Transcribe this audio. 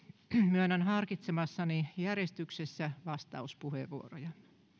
myönnän harkitsemassani järjestyksessä vastauspuheenvuoroja